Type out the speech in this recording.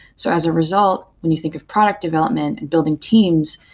so as a result when you think of product development and building teams,